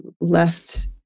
left